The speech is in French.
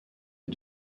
des